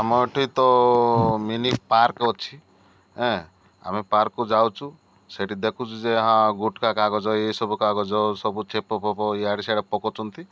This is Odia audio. ଆମ ଏଠି ତ ମିନି ପାର୍କ ଅଛି ଆମେ ପାର୍କକୁ ଯାଉଛୁ ସେଠି ଦେଖୁଛୁ ଯେ ଗୁଟକା କାଗଜ ଏହିସବୁ କାଗଜ ସବୁ ଛେପ ଫେପ ଇଆଡ଼େ ସିଆଡ଼େ ପକାଉଛନ୍ତି